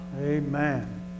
Amen